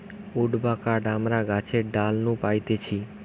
would বা কাঠ আমরা গাছের ডাল নু পাইতেছি